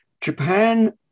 Japan